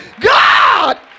God